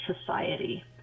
society